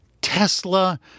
Tesla